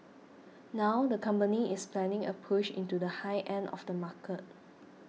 now the company is planning a push into the high end of the market